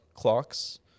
Clocks